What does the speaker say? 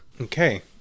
Okay